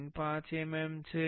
5 mm છે